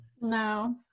No